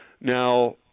Now